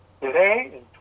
today